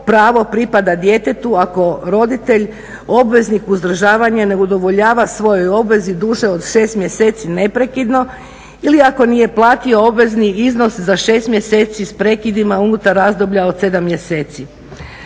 pravo pripada djetetu, ako roditelj obveznik uzdržavanje ne udovoljava svojoj obvezi duže od 6 mjeseci neprekidno ili ako nije platio obvezni iznos za 6 mjeseci s prekidima unutar razdoblja od 7 mjeseci.